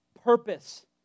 purpose